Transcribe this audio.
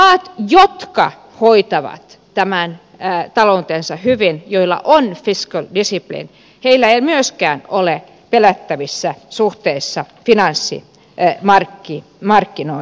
mailla jotka hoitavat taloutensa hyvin joilla on fiscal discipline ei myöskään ole pelättävää suhteessa finanssimarkkinoihin